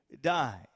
die